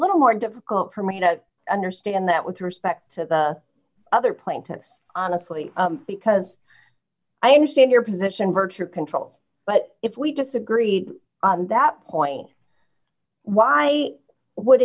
little more difficult for me to understand that with respect to the other plaintiffs honestly because i understand your position virtue controls but if we disagree on that point why would